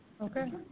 okay